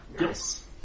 Yes